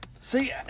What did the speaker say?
See